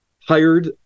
hired